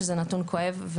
שזה נתון כואב,